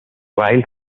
while